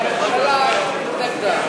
העליתי את זה בממשלה, נכון.